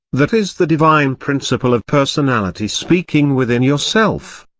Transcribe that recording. that is the divine principle of personality speaking within yourself.